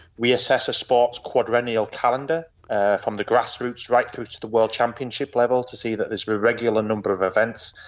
we assess a sport's quadrennial calendar from the grass roots right through to the world championship level, to see that there's a regular number of events.